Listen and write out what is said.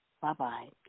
Bye-bye